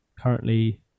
currently